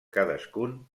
cadascun